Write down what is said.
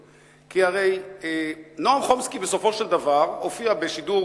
הרי בסופו של דבר נועם חומסקי הופיע בשידור